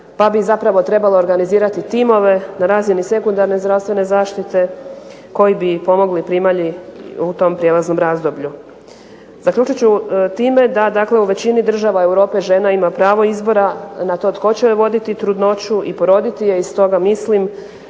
pa bi zapravo trebalo organizirati timove na razini sekundarne zdravstvene zaštite koji bi pomogli primalji u tom prijelaznom razdoblju. Zaključit ću time da, dakle u većini država Europe žena ima pravo izbora na to tko će joj voditi trudnoću i poroditi je i stoga mislim